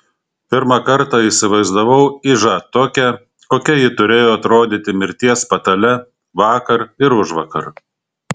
pirmą kartą įsivaizdavau ižą tokią kokia ji turėjo atrodyti mirties patale vakar ir užvakar